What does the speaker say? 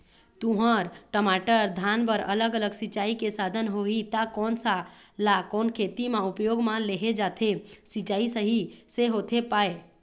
तुंहर, टमाटर, धान बर अलग अलग सिचाई के साधन होही ता कोन सा ला कोन खेती मा उपयोग मा लेहे जाथे, सिचाई सही से होथे पाए?